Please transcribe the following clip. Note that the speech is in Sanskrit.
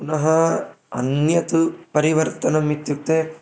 पुनः अन्यत् परिवर्तनमित्युक्ते